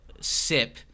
sip